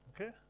Okay